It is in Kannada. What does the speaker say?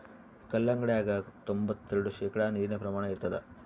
ಕಲ್ಲಂಗಡ್ಯಾಗ ತೊಂಬತ್ತೆರೆಡು ಶೇಕಡಾ ನೀರಿನ ಪ್ರಮಾಣ ಇರತಾದ